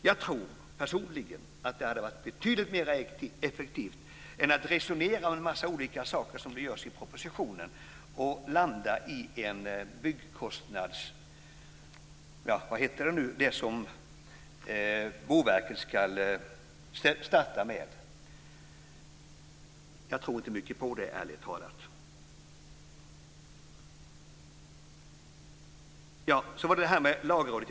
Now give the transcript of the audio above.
Jag tror personligen att det hade varit betydligt mera effektivt än att resonera om en massa olika saker, som man gör i propositionen, och landa i den byggkostnad som Boverket nu ska starta med. Jag tror inte mycket på det, ärligt talat. Så var det Lagrådet.